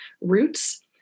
roots